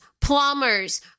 plumbers